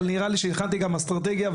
אבל נראה לי שהכנתי גם אסטרטגיה,